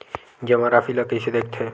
जमा राशि ला कइसे देखथे?